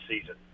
season